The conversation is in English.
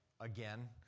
again